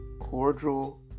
cordial